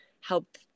help